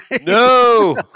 no